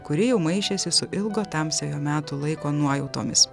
kuri jau maišėsi su ilgo tamsiojo metų laiko nuojautomis